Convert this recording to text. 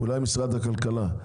אולי משרד הכלכלה.